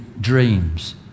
dreams